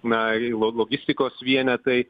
na i lo logistikos vienetai